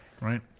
right